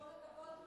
כבוד היושב-ראש,